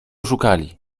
szukali